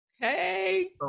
Hey